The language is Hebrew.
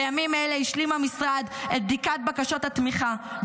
בימים אלה השלים המשרד את בדיקת בקשות התמיכה,